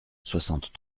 soixante